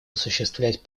осуществлять